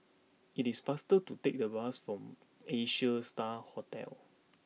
it is faster to take the bus to Asia Star Hotel